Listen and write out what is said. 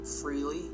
freely